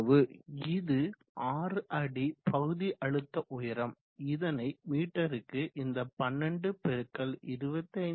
இது 6 அடி பகுதி அழுத்த உயரம் இதனை மீட்டருக்கு இந்த 12 பெருக்கல் 25